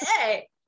Hey